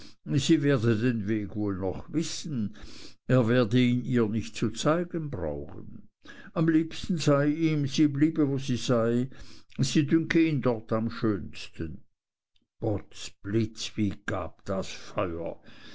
sie werde den weg wohl noch wissen er werde ihr ihn nicht zu zeigen brauchen am liebsten sei ihm sie bliebe wo sie sei sie dünke ihn dort am schönsten potz blitz wie gab das feuer